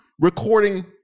recording